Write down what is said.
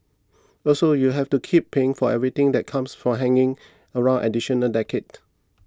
also you have to keep paying for everything that comes from hanging around additional decades